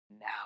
now